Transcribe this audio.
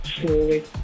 slowly